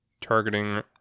targeting